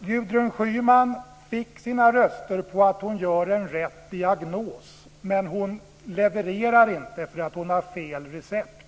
Gudrun Schyman fick sina röster tack vare att hon gör en riktig diagnos. Men hon levererar inte, för hon har fel recept.